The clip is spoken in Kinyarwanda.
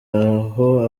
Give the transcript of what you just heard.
aho